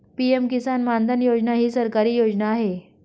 PM Kisan Maandhan योजना ही सरकारी योजना आहे